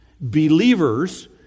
believers